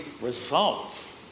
results